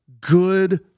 Good